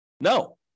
No